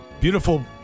beautiful